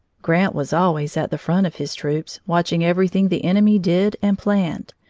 grant was always at the front of his troops, watching everything the enemy did and planned,